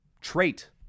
trait